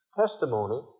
testimony